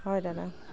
হয় দাদা